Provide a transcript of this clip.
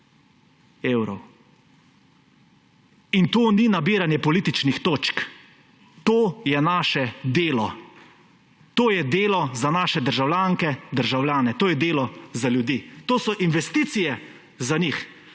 evrov in to ni nabiranje političnih točk, to je naše delo. To je delo za naše državljanke, državljane, to je delo za ljudi. To so investicije za njih,